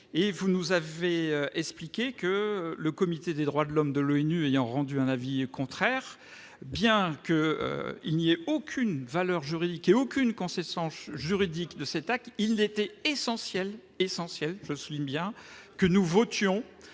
vous nous avez expliqué que le comité des droits de l'homme de l'ONU ayant rendu un avis contraire, bien que il n'y ait aucune valeur juridique et aucune Cancès hanche juridique de cet acte, il était essentiel, essentiel,